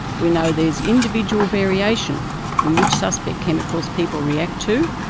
we know there is individual variation in which suspect chemicals people react to,